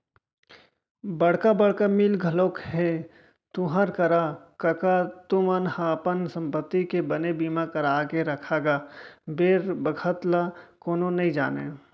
बड़का बड़का मील घलोक हे तुँहर करा कका तुमन ह अपन संपत्ति के बने बीमा करा के रखव गा बेर बखत ल कोनो नइ जानय